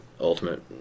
ultimate